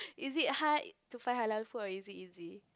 is it hard to find halal food or is it easy